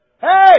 hey